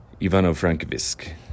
Ivano-Frankivsk